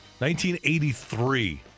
1983